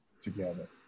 together